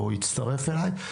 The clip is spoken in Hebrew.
או יצטרף אליי.